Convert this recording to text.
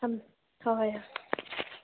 ꯊꯝꯃꯦ ꯍꯣꯏ ꯍꯣꯏ